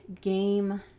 game